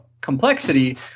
complexity